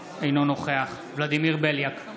אינו נוכח ולדימיר בליאק,